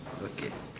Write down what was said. okay